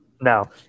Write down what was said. No